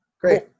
Great